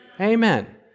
Amen